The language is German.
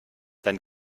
dann